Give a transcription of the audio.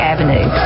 Avenue